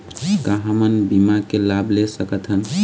का हमन बीमा के लाभ ले सकथन?